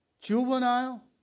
juvenile